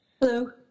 Hello